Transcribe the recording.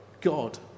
God